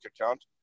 account